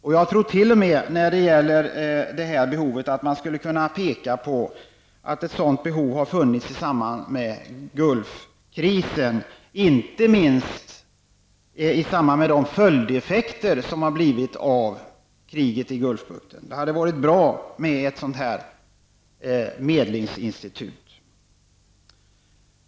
När det gäller det här behovet tror jag t.o.m. att man skulle kunna peka på att ett sådant behov fanns i samband med Gulfkrisen, inte minst i samband med de följdeffekter som har kommit av kriget i Gulfbukten. Det hade varit bra med ett medlingsinstitut.